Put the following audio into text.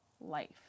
life